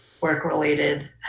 work-related